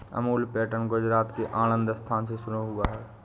Amul pattern Gujarat के आणंद स्थान से शुरू हुआ है